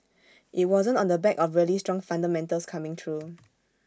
IT wasn't on the back of really strong fundamentals coming through